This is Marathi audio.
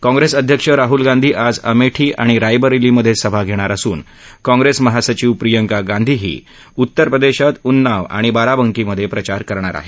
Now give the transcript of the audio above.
काँप्रेस अध्यक्ष राहुल गांधी आज अमेठी आणि रायबरेलीमधे सभा घेणार असून काँप्रेस महासचिव प्रियंका गांधीही उत्तरप्रदेशात उन्नाव आणि बाराबंकीमधे प्रचार करणार आहेत